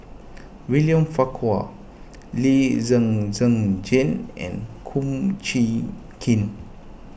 William Farquhar Lee Zhen Zhen Jane and Kum Chee Kin